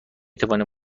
توانیم